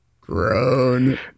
Grown